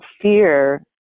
fear